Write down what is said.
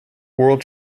world